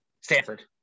Stanford